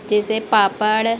जैसे पापड़